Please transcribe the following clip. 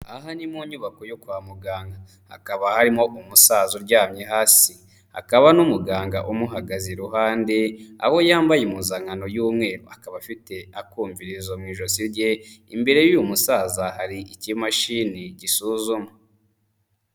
Aha ni mu nyubako yo kwa muganga, hakaba harimo umusaza uryamye hasi, hakaba n'umuganga umuhagaze iruhande aho yambaye impuzankano y'umweru akaba afite akumvirizo mu ijosi rye, imbere y'uyu musaza hari ikimashini gisuzuma.